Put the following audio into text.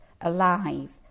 alive